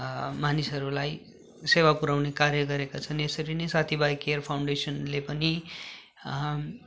मानिसहरूलाई सेवा पुऱ्याउने कार्य गरेका छन् यसरी नै साथीभाइ केयर फाउन्डेसनले पनि